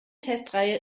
testreihe